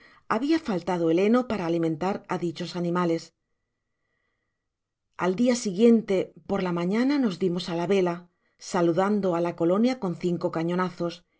habla faltado el heno para alimentar á dichos animales al dia siguiente por la mañana nos dimos á la vela saludando á la colonia con cinco cañonazos